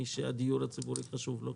מי שהדיור הציבורי חשוב לו,